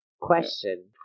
Question